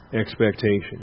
expectation